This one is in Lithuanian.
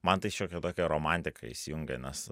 man tai šiokia tokia romantika įsijungia nes